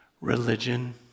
Religion